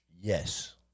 Yes